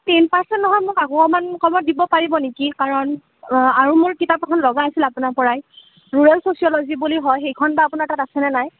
ten percent নহয় মোক অকণমান কমত দিব পাৰিব নেকি কাৰণ আৰু মোৰ কিতাপ এখন লগা আছিল আপোনাৰ পৰাই ৰুৰেল ছচিয়লজি বুলি হয় সেইখন বা আপোনাৰ তাত আছেনে নাই